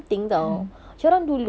mm mm